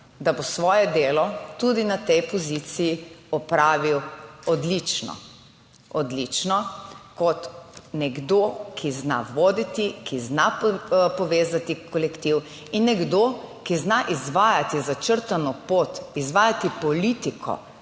da bo svoje delo tudi na tej poziciji opravil odlično. Odlično kot nekdo, ki zna voditi, ki zna povezati kolektiv in nekdo, ki zna izvajati začrtano pot, izvajati politiko